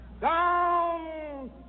Down